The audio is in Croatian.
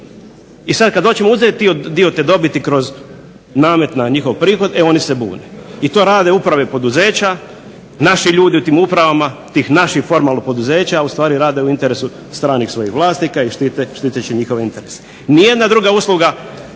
I sad kad hoćemo uzeti dio te dobiti kroz namet na njihov prihod e oni se bune i to rade uprave poduzeća, naši ljudi u tim upravama, tih naših formalno poduzeća, a u stvari rade u interesu stranih svojih vlasnika i štiteći njihove interese. Ni jedna druga usluga